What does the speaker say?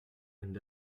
and